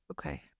Okay